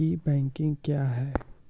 ई banking क्या हैं?